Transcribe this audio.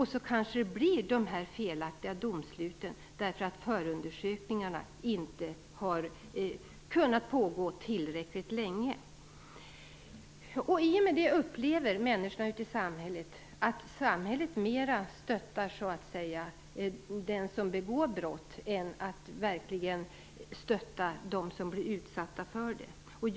Då kanske det blir dessa felaktiga domslut, eftersom förundersökningarna inte har kunnat pågå tillräckligt länge. I och med det upplever människorna ute i samhället att samhället mer stöttar den som begår brott än att verkligen stötta dem som blir utsatta för brotten.